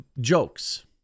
jokes